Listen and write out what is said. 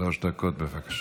שלוש דקות, בבקשה.